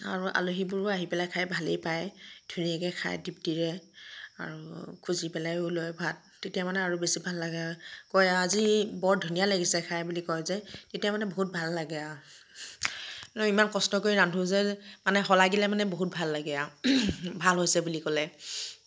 আৰু আলহীবোৰো আহি পেলাই খাই ভালেই পায় ধুনীয়াকৈ খাই তৃপ্তিৰে আৰু খুজি পেলায়ো লয় ভাত তেতিয়া মানে আৰু বেছি ভাল লাগে কয় আজি বৰ ধুনীয়া লাগিছে খাই বুলি কয় যে তেতিয়া মানে বহুত ভাল লাগে আৰু ইমান কষ্ট কৰি ৰান্ধো যে মানে শলাগিলে মানে বহুত ভাল লাগে আৰু ভাল হৈছে বুলি ক'লে